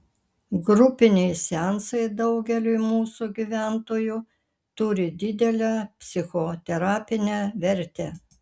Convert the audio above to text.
grupiniai seansai daugeliui mūsų gyventojų turi didelę psichoterapinę vertę